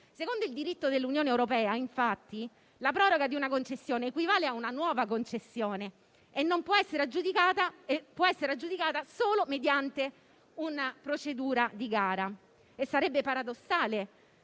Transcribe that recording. Secondo il diritto dell'Unione europea, infatti, la proroga di una concessione equivale a una nuova concessione e può essere aggiudicata solo mediante una procedura di gara. Sarebbe paradossale